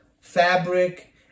fabric